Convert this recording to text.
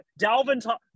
Dalvin